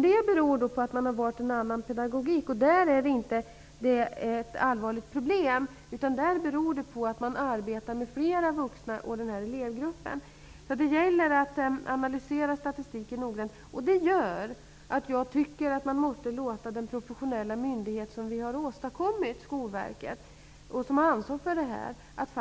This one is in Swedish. Det beror på att man har valt en annan pedagogik. Där är detta med stora grupper inte ett allvarligt problem. Man arbetar med flera vuxna och den här elevgruppen. Det gäller alltså att noga analysera statistiken. Jag tycker faktiskt att man måste låta den professionella myndighet som vi har åstadkommit -- Skolverket, som har ansvaret för det här -- plocka